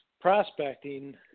prospecting